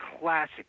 classic